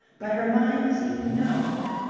but her mind seemed numbed.